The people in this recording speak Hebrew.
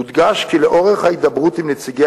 יודגש כי לאורך ההידברות עם נציגי